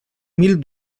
mil